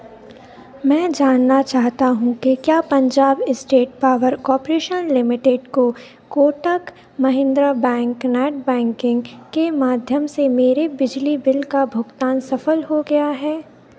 मैं जानना चाहता हूँ कि क्या Punjab state power corporation limited को Kotak Mahindra bank net banking के माध्यम से मेरे बिजली बिल का भुगतान सफल हो गया है